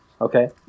Okay